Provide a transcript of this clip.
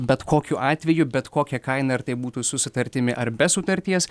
bet kokiu atveju bet kokia kaina ar tai būtų su sutartimi ar be sutarties